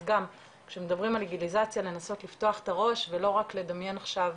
אז גם כשמדברים על לגליזציה לנסות לפתוח את הראש ולא רק לדמיין עכשיו